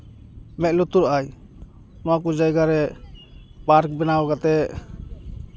ᱢᱮᱫ ᱞᱩᱛᱩᱨᱟᱜᱼᱟᱭ ᱱᱚᱣᱟ ᱠᱚ ᱡᱟᱭᱜᱟ ᱨᱮ ᱯᱟᱨᱠ ᱵᱮᱱᱟᱣ ᱠᱟᱛᱮ